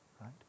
right